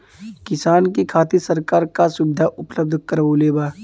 किसान के खातिर सरकार का सुविधा उपलब्ध करवले बा?